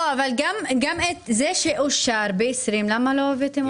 גם זה שאושר ב-2020, למה לא הבאתם את זה?